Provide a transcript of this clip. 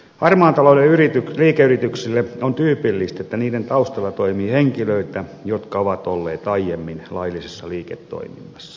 harmaan talouden liikeyrityksille on tyypillistä että niiden taustalla toimii henkilöitä jotka ovat olleet aiemmin laillisessa liiketoiminnassa